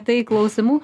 tai klausimų